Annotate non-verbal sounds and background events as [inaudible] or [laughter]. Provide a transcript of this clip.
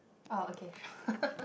uh okay sure [laughs]